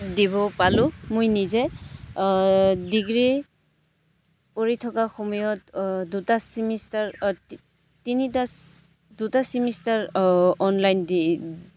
দিব পালোঁ মই নিজে ডিগ্ৰী কৰি থকা সময়ত দুটা চিমিষ্টাৰ তিনিটা দুটা চিমিষ্টাৰ অনলাইন দি